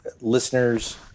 listeners